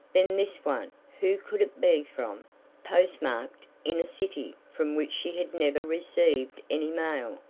then this one who could it be from postmarked in a city from which she had never received any mail,